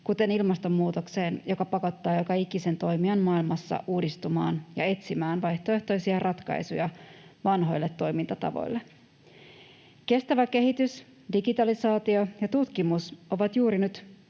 kuten ilmastonmuutokseen, joka pakottaa joka ikisen toimijan maailmassa uudistumaan ja etsimään vaihtoehtoisia ratkaisuja vanhoille toimintatavoille. Kestävä kehitys, digitalisaatio ja tutkimus ovat juuri nyt